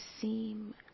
seem